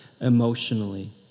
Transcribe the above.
emotionally